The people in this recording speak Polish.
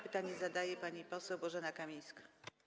Pytanie zadaje pani poseł Bożena Kamińska.